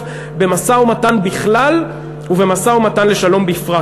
במשא-ומתן בכלל ובמשא-ומתן לשלום בפרט: